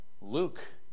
Luke